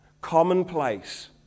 commonplace